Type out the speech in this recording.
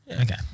okay